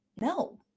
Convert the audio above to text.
No